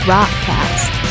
Rockcast